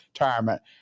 Retirement